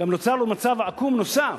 גם נוצר מצב עקום נוסף: